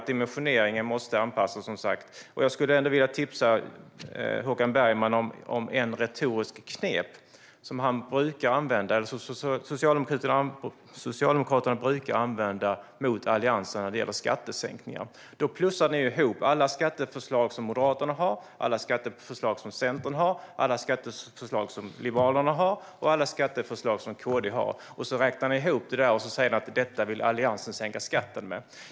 Dimensioneringen måste som sagt anpassas. Jag skulle ändå vilja tipsa Håkan Bergman om ett retoriskt knep som Socialdemokraterna brukar använda mot Alliansen när det gäller skattesänkningar. Ni plussar ihop alla skatteförslag som Moderaterna har, som Centern har, som Liberalerna har och alla som KD har. Sedan räknar ni ihop det och säger: Detta vill Alliansen sänka skatten med.